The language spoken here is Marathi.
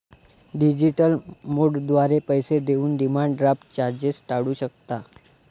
डिजिटल मोडद्वारे पैसे देऊन डिमांड ड्राफ्ट चार्जेस टाळू शकता